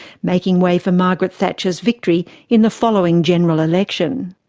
making way for margaret thatcher's victory in the following general election.